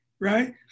right